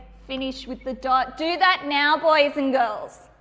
finish with the dot. do that now boys and girls.